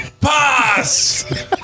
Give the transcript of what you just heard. pass